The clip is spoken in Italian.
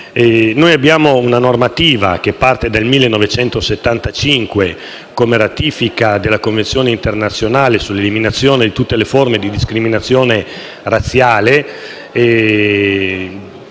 Abbiamo una normativa, che parte dal 1975, con la ratifica della Convenzione internazionale sull'eliminazione di tutte le forme di discriminazione razziale,